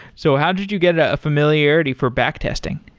so how did you get ah a familiarity for back testing?